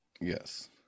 yes